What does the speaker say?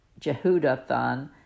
Jehudathan